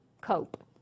cope